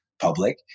public